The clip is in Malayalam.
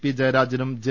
പി ജയ രാജനും ജെ